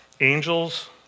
angels